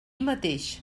mateix